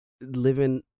living